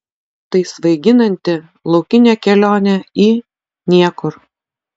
tai svaiginanti laukinė kelionė į niekur